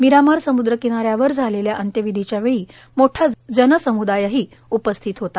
मीरामार समृद्र किनाऱ्यावर झालेल्या अंत्यविधीच्या वेळी मोठा जनसम्दाय उपस्थित होता